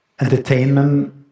entertainment